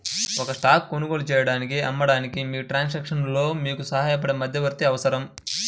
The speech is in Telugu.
ఒక స్టాక్ కొనుగోలు చేయడానికి, అమ్మడానికి, మీకు ట్రాన్సాక్షన్లో మీకు సహాయపడే మధ్యవర్తి అవసరం